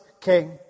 king